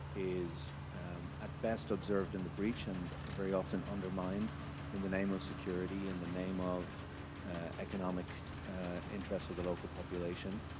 is at best observed in the breach and ah very often undermined in the name of security, in the name of economic interests of the local population,